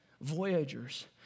voyagers